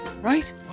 right